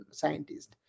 scientist